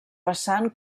vessant